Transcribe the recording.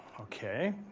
okay.